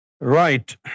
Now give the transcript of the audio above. Right